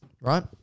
right